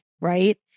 right